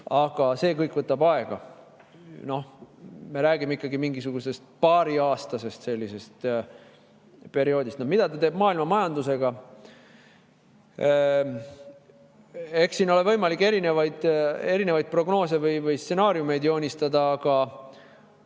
Aga see kõik võtab aega. Noh, me räägime mingisugusest paariaastasest perioodist. Mida ta teeb maailmamajandusega? Eks siin ole võimalik erinevaid prognoose või stsenaariumeid joonistada, aga